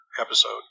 episode